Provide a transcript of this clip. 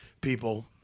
people